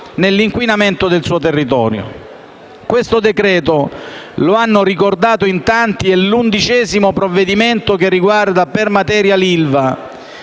nell'inquinamento del suo territorio. Questo decreto-legge - lo hanno ricordato in tanti - è l'undicesimo provvedimento che riguarda per materia l'ILVA,